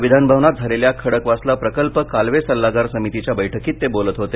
काल विधान भवनात झालेल्या खडकवासला प्रकल्प कालवे सल्लागार समितीच्या बैठकीत ते बोलत होते